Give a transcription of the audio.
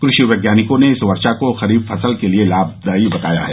कृषि वैज्ञानिकों ने इस वर्षा को खरीफ फसल के लिए लाभदायी बताया है